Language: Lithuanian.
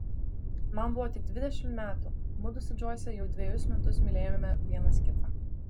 man buvo tik dvidešimt metų mudu su džoise jau dvejus metus mylėjome vienas kitą